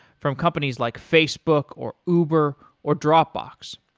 from companies like facebook or uber or dropbox.